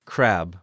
Crab